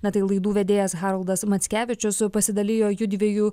na tai laidų vedėjas haroldas mackevičius pasidalijo jųdviejų